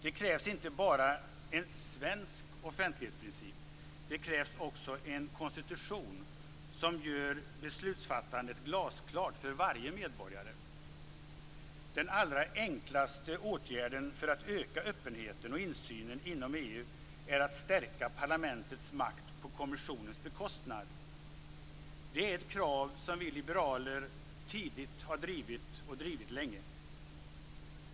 Det krävs inte bara en "svensk" offentlighetsprincip. Det krävs också en konstitution som gör beslutsfattandet glasklart för varje medborgare. Den allra enklaste åtgärden för att öka öppenheten och insynen inom EU är att stärka parlamentets makt på kommissionens bekostnad. Det är ett krav som vi liberaler tidigt har drivit och drivit länge.